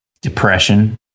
Depression